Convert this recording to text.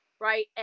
right